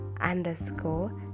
underscore